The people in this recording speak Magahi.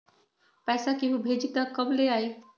पैसा केहु भेजी त कब ले आई?